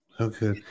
Okay